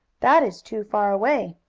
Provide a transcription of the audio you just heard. that is too far away.